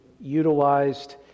utilized